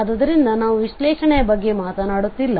ಆದ್ದರಿಂದ ನಾವು ವಿಶ್ಲೇಷಣೆಯ ಬಗ್ಗೆ ಮಾತನಾಡುತ್ತಿಲ್ಲ